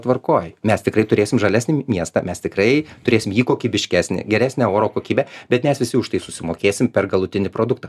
tvarkoj mes tikrai turėsim žalesnį miestą mes tikrai turėsim jį kokybiškesnį geresę oro kokybę bet mes visi už tai susimokėsim per galutinį produktą